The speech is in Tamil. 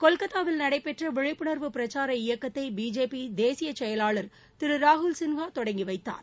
கொல்கத்தாவில் நடைபெற்ற விழிப்புணர்வு பிரச்சார இயக்கத்தை பிஜேபி தேசிய செயலாளர் திரு ராகுல் சின்ஹா தொடங்கி வைத்தார்